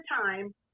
time